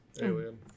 Alien